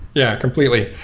yeah, completely.